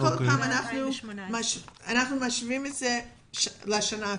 אנחנו משווים את זה כל פעם לשנה הקודמת.